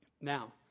now